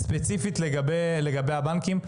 ספציפית לגבי הבנקים,